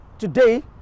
today